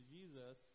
Jesus